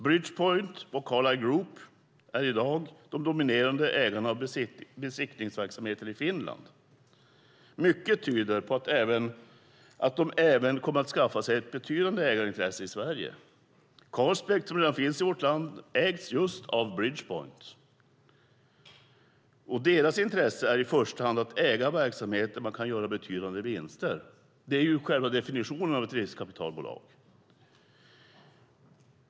Bridgepoint och The Carlyle Group är i dag de dominerade ägarna av besiktningsverksamheten i Finland. Mycket tyder på att de även kommer att skaffa sig ett betydande ägarintresse i Sverige. Carspect som redan finns i vårt land ägs just av Bridgepoint. De här bolagens intresse är i första hand att äga verksamhet där man kan göra betydande vinster. Det är ju själva definitionen av ett riskkapitalbolag.